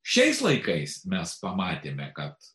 šiais laikais mes pamatėme kad